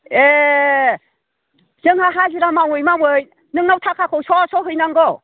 ए जोंहा हाजिरा मावै मावै नोंनाव थाखाखौ स' स' हैनांगौ